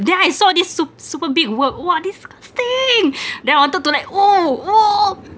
then I saw this sup~ super big worm !wah! disgusting then I wanted to like !ow! !woo!